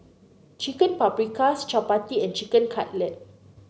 Chicken Paprikas Chapati and Chicken Cutlet